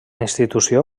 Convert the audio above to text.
institució